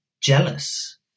jealous